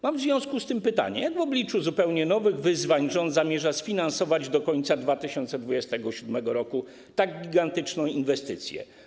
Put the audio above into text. Mam w związku z tym pytanie: Jak w obliczu zupełnie nowych wyzwań rząd zamierza sfinansować do końca 2027 r. tak gigantyczną inwestycję?